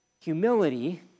humility